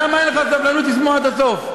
למה אין לך סבלנות לשמוע עד הסוף?